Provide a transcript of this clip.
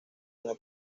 una